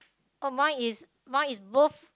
oh my is my is both